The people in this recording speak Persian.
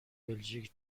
بلژیک